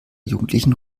jugendlichen